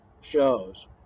shows